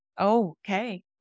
okay